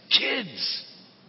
Kids